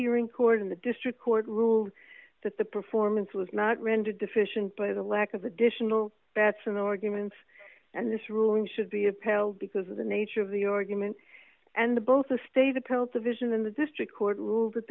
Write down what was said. here in court in the district court ruled that the performance was not rendered deficient by the lack of additional batson arguments and this ruling should be apparelled because of the nature of the argument and both the state appellate division in the district court ruled that